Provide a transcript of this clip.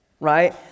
right